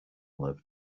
lived